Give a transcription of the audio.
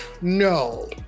no